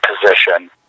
position